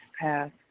path